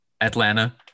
Atlanta